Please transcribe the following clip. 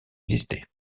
existé